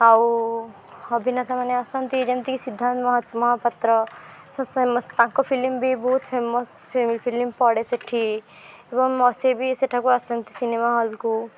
ଆଉ ଅଭିନେତାମାନେ ଆସନ୍ତି ଯେମିତିକି ସିଦ୍ଧାନ୍ତ ମହା ମହାପାତ୍ର ସେ ସେମା ତାଙ୍କ ଫିଲ୍ମ ବି ବହୁତ୍ ଫେମସ୍ ଫିଲ୍ମ ପଡ଼େ ସେଇଠି ଏବଂ ସେ ବି ସେଠାକୁ ଆସନ୍ତି ସିନେମା ହଲକୁ